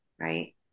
Right